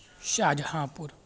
شاہجہاں پور